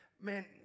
man